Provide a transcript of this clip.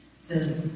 says